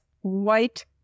white